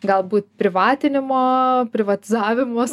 galbūt privatinimo privatizavimo savo